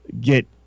get